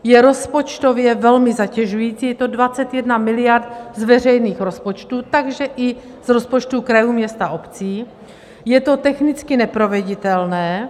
Je rozpočtově velmi zatěžující, je to 21 miliard z veřejných rozpočtů, takže i z rozpočtů krajů, měst a obcí, je to technicky neproveditelné.